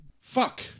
fuck